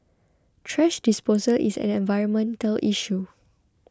thrash disposal is an environmental issue